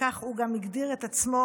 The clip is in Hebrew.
וכך הוא גם הגדיר את עצמו,